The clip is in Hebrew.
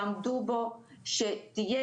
שתהיה,